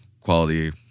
quality